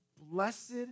blessed